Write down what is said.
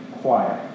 quiet